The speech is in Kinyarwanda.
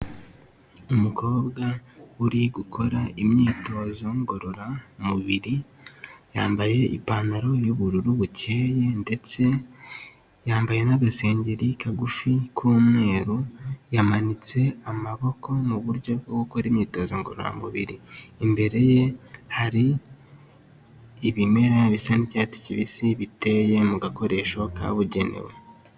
Umukobwa uri gukora imyitozo ngororamubiri yambaye ipantaro y'ubururu bukeye ndetse yambaye n'agasengeri kagufi k'umweru yamanitse amaboko mu buryo bwo gukora imyitozo ngororamubiri, imbere ye hari ibimera bisa n'icyatsi kibisi biteye mu gakoresho kabugenewe.